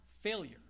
failure